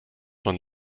man